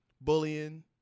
bullying